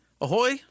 ahoy